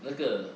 那个